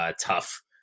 tough